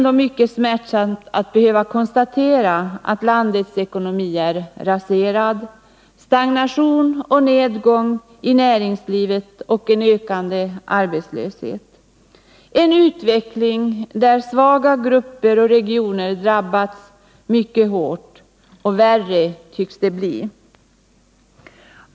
Det är mycket smärtsamt att behöva konstatera att landets ekonomi är raserad, att notera stagnation och nedgång i näringslivet och en ökande arbetslöshet — en utveckling där svaga grupper och regioner drabbats hårt, och värre tycks det bli.